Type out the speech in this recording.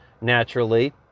naturally